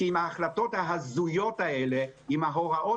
כי עם ההחלטות ההזויות האלה עם ההוראות